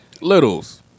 Littles